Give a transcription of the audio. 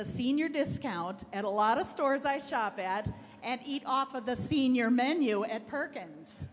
the senior discount at a lot of stores i shop at and eat off of the senior menu at perkins